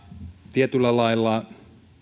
tietyllä lailla